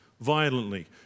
violently